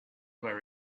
where